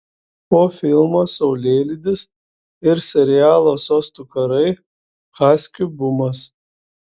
po filmo saulėlydis ir serialo sostų karai haskių bumas